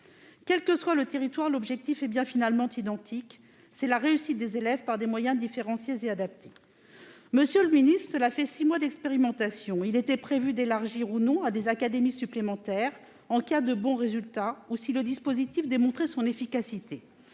Quel que soit le territoire, l'objectif est bien finalement identique : c'est la réussite des élèves par des moyens différenciés et adaptés. Monsieur le ministre, cela fait six mois que dure l'expérimentation. Il était prévu de l'élargir à d'autres académies en cas de bons résultats ou si le dispositif démontrait son efficacité.